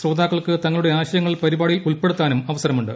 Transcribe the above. ശ്രോതാക്കൾക്ക് തങ്ങളുടെ ആശയങ്ങൾ പരിപാടിയിൽ ഉൾപ്പെടുത്താനും അവസരമുണ്ട്